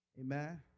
Amen